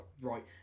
right